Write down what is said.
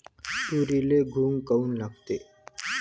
तुरीले घुंग काऊन लागते?